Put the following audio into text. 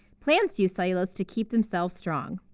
plants use cellulose to keep themselves strong.